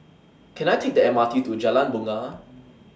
Can I Take The M R T to Jalan Bungar